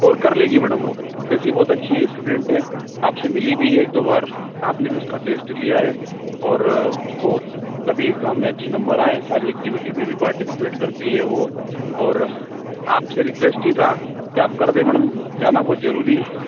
और कर लेगी मैडम वह वैसे ही बहुत अच्छी स्टूडेंट है आपसे मिली भी है एक दो बार आपने भी उसका टेस्ट लिया है और उसको तभी उसको एग्जाम में अच्छे नंबर आए सारी एक्टिविटी में भी पार्टिसिपेट करती है वह और आपसे रिक्वेस्ट ही था कि आप कर दें मैडम जाना बहुत ज़रूरी है